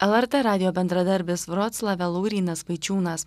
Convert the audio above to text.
lrt radijo bendradarbis vroclave laurynas vaičiūnas